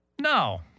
No